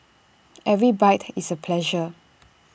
every bite is A pleasure